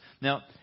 Now